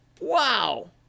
Wow